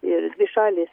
ir dvi šalys